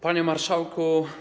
Panie Marszałku!